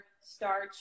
starch